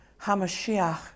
HaMashiach